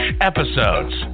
episodes